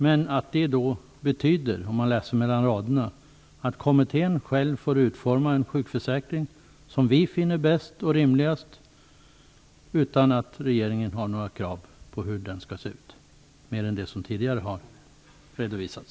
Men mellan raderna kan man läsa att det betyder att kommittén själv får utforma den sjukförsäkring som den finner bäst och rimligast, utan att regeringen har några andra krav på hur den skall se ut än de som tidigare redovisats.